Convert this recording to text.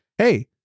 Hey